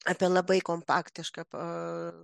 apie labai kompaktišką